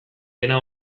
dena